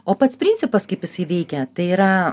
o pats principas kaip jisai veikia tai yra